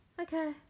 Okay